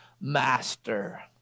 master